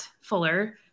Fuller